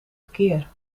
verkeer